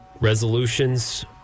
resolutions